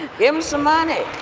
them some money!